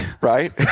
right